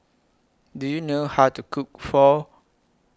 Do YOU know How to Cook Pho